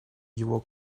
его